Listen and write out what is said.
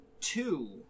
two